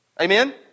Amen